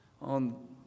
on